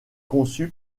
conçu